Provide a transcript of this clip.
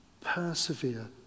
Persevere